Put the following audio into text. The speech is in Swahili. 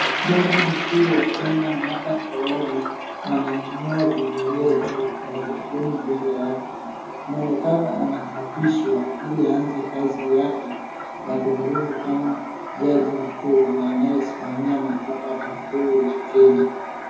Jaji mkuu wa kenya Martha Koome anainua bibilia juu, maikrofoni mbele yake. Inaonekana anaanpishwa ili aanze kazi yake ya kuhudumu kama jaji mkuu na anaye simamia mahakama kuu ya Kenya.